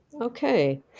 Okay